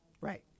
Right